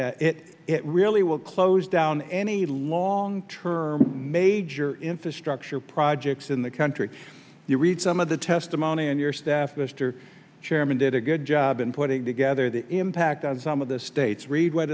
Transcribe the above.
solution it really will close down any long term major infrastructure projects in the country you read some of the testimony on your staff mr chairman did a good job in putting together the impact on some of the states read what